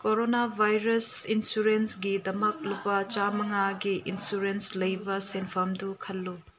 corona virus ꯏꯟꯁꯨꯔꯦꯟꯁꯒꯤꯗꯃꯛ ꯂꯨꯄꯥ ꯆꯥꯝꯃꯉꯥꯒꯤ ꯏꯟꯁꯨꯔꯦꯟꯁ ꯂꯩꯕ ꯁꯦꯟꯐꯝꯗꯨ ꯈꯜꯂꯨ